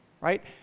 right